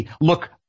look